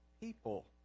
people